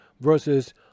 versus